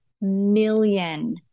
million